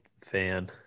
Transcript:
fan